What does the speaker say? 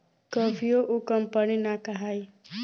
कभियो उ कंपनी ना कहाई